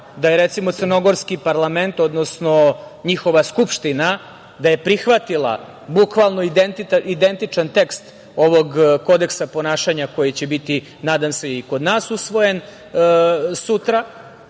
da je, recimo, crnogorski parlament odnosno njihova skupština da je prihvatila bukvalno identičan tekst ovog kodeksa ponašanja koji će biti nadam se i kod nas usvojen sutra.